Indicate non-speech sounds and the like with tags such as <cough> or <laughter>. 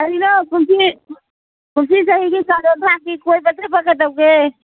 ꯀꯔꯤꯅꯣ ꯀꯨꯝꯁꯤ ꯀꯨꯝꯁꯤ ꯆꯍꯤꯒꯤ <unintelligible> ꯀꯣꯏꯕ ꯆꯠꯄ ꯀꯩꯗꯧꯒꯦ